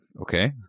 Okay